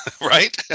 right